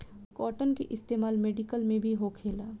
cotton के इस्तेमाल medical में भी होखेला